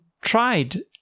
tried